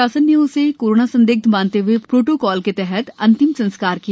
शासन ने उसे कोरोना संदिग्ध मानते हूए प्रोटोकॉल के अनुसार अंतिम संस्कार किया